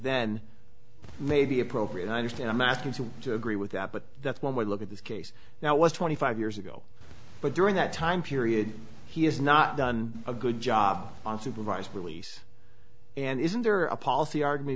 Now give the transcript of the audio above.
then may be appropriate i understand a masters have to agree with that but that's when we look at this case now was twenty five years ago but during that time period he has not done a good job on supervised release and isn't there a policy argument